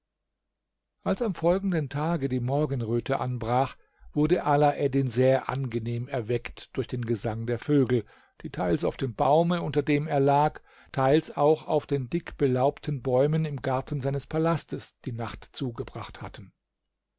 als am folgenden tage die morgenröte anbrach wurde alaeddin sehr angenehm erweckt durch den gesang der vögel die teils auf dem baume unter dem er lag teils auch auf den dickbelaubten bäumen im garten seines palastes die nacht zugebracht hatten